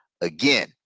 again